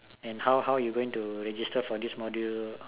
and how how you are going to register for this module